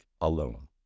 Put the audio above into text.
alone